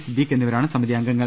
സിദ്ധിഖ് എന്നിവരാണ് സമിതി അംഗങ്ങൾ